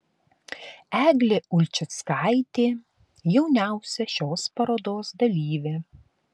eglė ulčickaitė jauniausia šios parodos dalyvė